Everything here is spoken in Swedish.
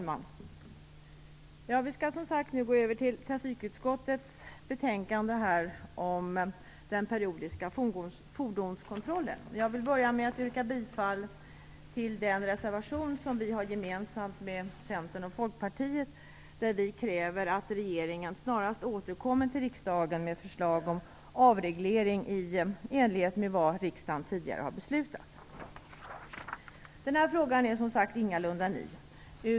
Fru talman! Vi skall gå över till trafikutskottets betänkande om den periodiska fordonskontrollen. Jag vill börja med att yrka bifall till den reservation som vi har gemensamt med Centern och Folkpartiet, där vi kräver att regeringen snarast återkommer till riksdagen med förslag om avreglering i enlighet med det riksdagen tidigare har beslutat. Denna fråga är som sagt ingalunda ny.